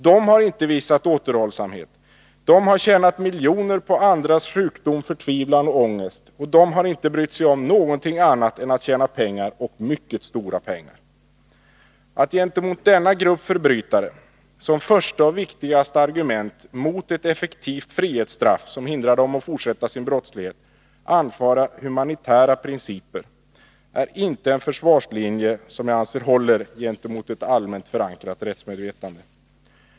De har inte visat återhållsamhet. De har tjänat miljoner på andras sjukdom, förtvivlan och ångest. De har inte brytt sig om någonting annat än att tjäna pengar och mycket stora pengar. Att gentemot denna grupp förbrytare som första och viktigaste argument mot ett effektivt frihetsstraff, som hindrar dem att fortsätta sin brottslighet, anföra humanitära principer är inte en försvarslinje som jag anser håller gentemot ett allmänt förankrat rättsmedvetande.